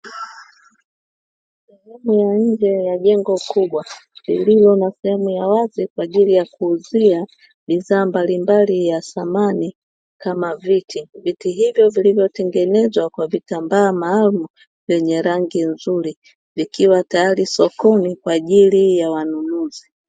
Sehemu ya nje ya jengo kubwa lililo na sehemu ya wazi kwa ajili ya kuuzia bidhaa mbalimbali ya samani kama viti, viti hivyo vilivyotengenezwa kwa vitambaa maalumu vyenye rangi nzuri vikiwa tayari sokoni kwa ajili ya wanunuzi.